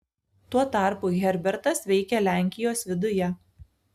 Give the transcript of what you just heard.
tuo tarpu herbertas veikė lenkijos viduje